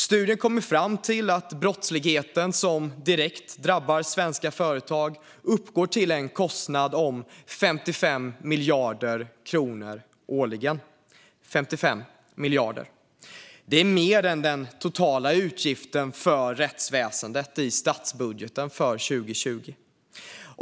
Studien kom fram till att den brottslighet som direkt drabbar svenska företag uppgår till en kostnad om 55 miljarder kronor årligen. Det är mer än den totala utgiften för rättsväsendet i statsbudgeten för år 2020.